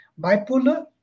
bipolar